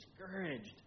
discouraged